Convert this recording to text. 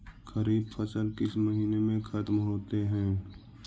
खरिफ फसल किस महीने में ख़त्म होते हैं?